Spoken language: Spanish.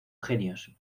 genios